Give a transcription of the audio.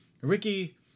Ricky